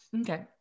okay